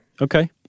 Okay